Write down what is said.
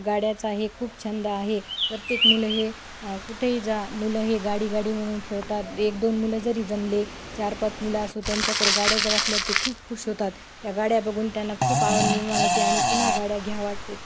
गाड्याचा हे खूप छंद आहे प्रत्येक मुलं हे कुठेही जा मुलं हे गाडी गाडी म्हणून खेळतात एक दोन मुलं जरी जमले चार पाच मुलं असो त्यांच्याकडं गाड्या जर असल्या ते खूप खुश होतात त्या गाड्या बघून त्यांना खूप आवड निर्माण होते आणि पुन्हा गाड्या घ्या वाटतात